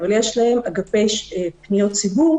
אבל יש להם אגפי פניות ציבור,